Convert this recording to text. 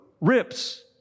rips